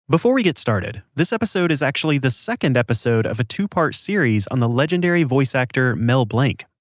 before we get started, this episode is actually the second episode of a two part series on the legendary voice actor mel blanc.